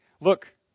Look